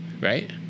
Right